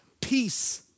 peace